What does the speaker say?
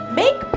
make